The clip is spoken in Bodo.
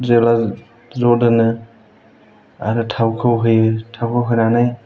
जेब्ला ज' दोनो आरो थावखौ होयो थावखौ होनानै